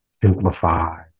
simplify